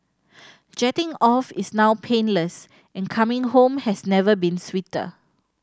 jetting off is now painless and coming home has never been sweeter